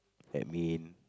admin